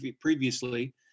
previously